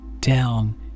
down